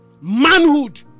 manhood